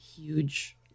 huge